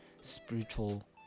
spiritual